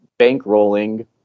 bankrolling